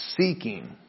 seeking